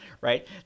right